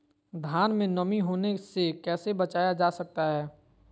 धान में नमी होने से कैसे बचाया जा सकता है?